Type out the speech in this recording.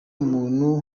muntu